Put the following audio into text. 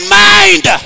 mind